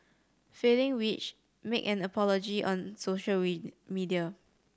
failing which make an apology on social media